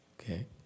Okay